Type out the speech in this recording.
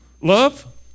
Love